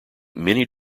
many